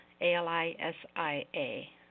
A-L-I-S-I-A